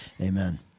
Amen